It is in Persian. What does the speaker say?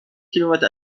کیلومتر